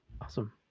Awesome